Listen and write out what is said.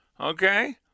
Okay